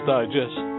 Digest